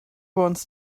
wants